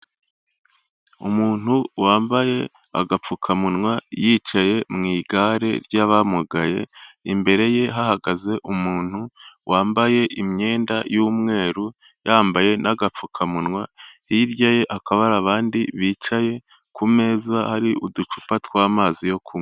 Umuntu wambaye agapfukamunwa yicaye mu igare ry'abamugaye, imbere ye hahagaze umuntu wambaye imyenda y'umweru yambaye n'agapfukamunwa, hirya ye hakaba hari abandi bicaye, ku meza hari uducupa tw'amazi yo kunywa.